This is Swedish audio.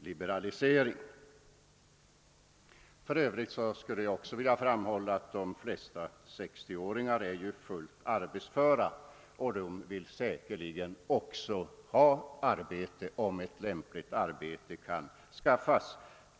liberalisering. För övrigt skulle jag vilja framhålla att de flesta 60 åringar är fullt arbetsföra och säkerligen vill ha arbete om ett lämpligt sådant kan erbjudas dem.